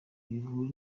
bivura